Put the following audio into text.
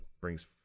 brings